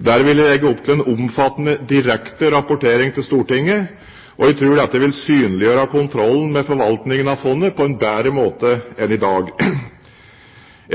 Der vil jeg legge opp til en omfattende, direkte rapportering til Stortinget, og jeg tror dette vil synliggjøre kontrollen med forvaltningen av fondet på en bedre måte enn i dag.